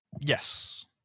yes